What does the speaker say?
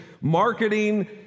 marketing